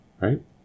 right